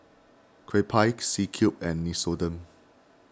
Kewpie C Cube and Nixoderm